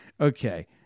Okay